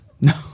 No